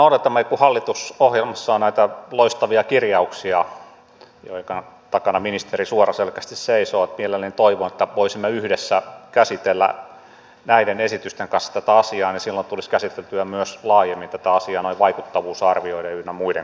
kun hallitusohjelmassa on näitä loistavia kirjauksia joiden takana ministeri suoraselkäisesti seisoo niin mielelläni toivon että voisimme käsitellä näiden esitysten kanssa tätä asiaa ja silloin tulisi käsiteltyä myös laajemmin tätä asiaa vaikuttavuusarvioiden ynnä muiden kannalta